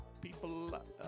people